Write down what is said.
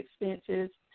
expenses